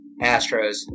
Astros